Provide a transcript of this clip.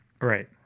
right